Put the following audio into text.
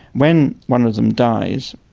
when one of them dies,